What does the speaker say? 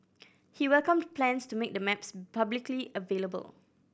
he welcomed plans to make the maps publicly available